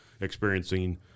experiencing